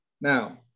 Now